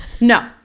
No